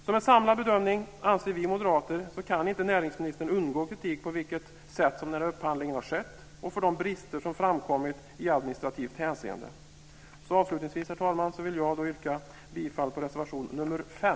Som en samlad bedömning anser vi moderater att näringsministern inte kan undgå kritik för det sätt på vilket denna upphandling har skett och för de brister som framkommit i administrativt hänseende. Avslutningsvis, herr talman, vill jag yrka på godkännande av anmälan i reservation nr 5.